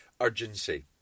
Urgency